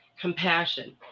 Compassion